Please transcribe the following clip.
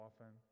often